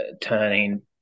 turning